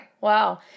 Wow